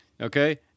Okay